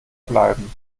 bleiben